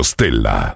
Stella